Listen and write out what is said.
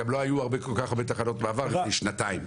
גם לא היו כל כך הרבה תחנות מעבר לפני שנתיים.